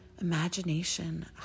Imagination